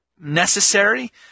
necessary